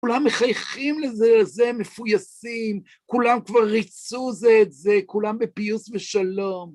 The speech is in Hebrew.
כולם מחייכים זה לזה, הם מפוייסים, כולם כבר ריצו זה את זה, כולם בפיוס ובשלום.